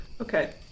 okay